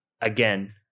again